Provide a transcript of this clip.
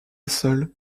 seule